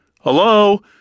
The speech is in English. Hello